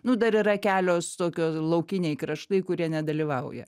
nu dar yra kelios tokios laukiniai kraštai kurie nedalyvauja